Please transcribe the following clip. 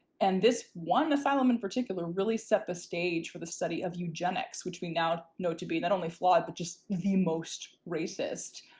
and this one asylum in particular really set the stage for the study of eugenics, which we now know to be not only flawed but just the most racist.